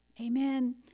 Amen